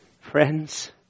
Friends